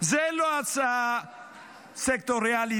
זו לא הצעה סקטוריאלית,